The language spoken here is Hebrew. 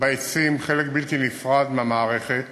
בעצים חלק בלתי נפרד מהמערכת